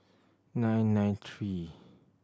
nine nine three